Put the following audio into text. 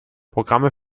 programme